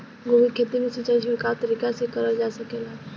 गोभी के खेती में सिचाई छिड़काव तरीका से क़रल जा सकेला?